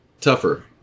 tougher